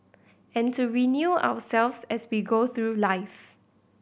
and to renew ourselves as we go through life